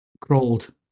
crawled